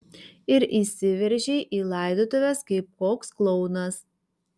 ir įsiveržei į laidotuves kaip koks klounas